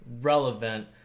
relevant